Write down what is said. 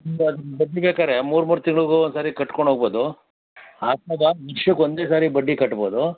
ಬಡ್ಡಿ ಬೇಕಾದ್ರೆ ಮೂರು ಮೂರು ತಿಂಗ್ಳಿಗೂ ಒಂದು ಸಾರಿ ಕಟ್ಕೊಂಡು ಹೋಗ್ಬೋದು ಆ ವರ್ಷಕ್ಕೆ ಒಂದೇ ಸಾರಿ ಬಡ್ಡಿ ಕಟ್ಬೋದು